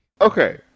okay